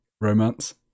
Romance